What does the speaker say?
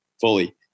fully